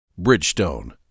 Bridgestone